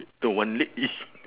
the one leg lift